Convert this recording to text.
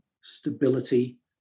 stability